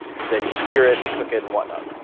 then you sear it and cook it and whatnot.